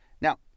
Now